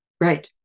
Right